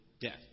death